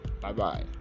Bye-bye